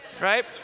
right